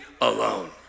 alone